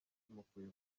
mukwiye